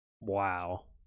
Wow